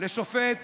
לשופט